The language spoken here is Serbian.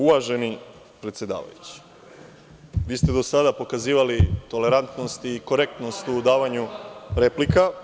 Uvaženi predsedavajući, vi ste do sada pokazivali tolerantnost i korektnost u davanju replika.